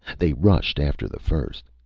they rushed after the first.